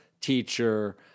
teacher